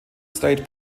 state